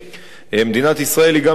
מדינת ישראל היא גם ייחודית,